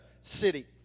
city